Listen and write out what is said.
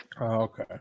Okay